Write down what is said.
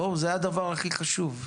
בואו, זה הדבר הכי חשוב.